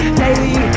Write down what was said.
daily